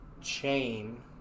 chain